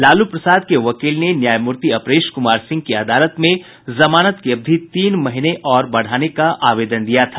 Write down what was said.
लालू प्रसाद के वकील ने न्यायामूर्ति अपरेश कुमार सिंह की अदालत में जमानत की अवधि तीन महीने और बढ़ाने का आवेदन दिया था